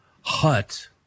hut